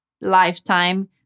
lifetime